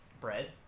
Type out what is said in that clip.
bread